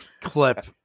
clip